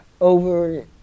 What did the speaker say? over